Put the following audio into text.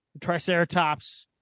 Triceratops